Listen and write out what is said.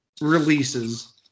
releases